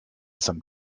some